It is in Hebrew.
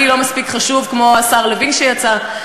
אני לא פחות חשוב כמו השר לוין שיצא?